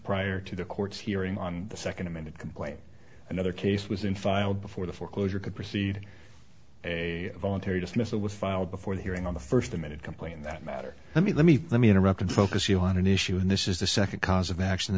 prior to the court's hearing on the second amended complaint another case was in file before the foreclosure could proceed a voluntary dismissal was filed before the hearing on the first amended complain that matter let me let me let me interrupt and focus you on an issue and this is the second cause of action